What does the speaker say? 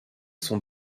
son